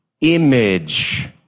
image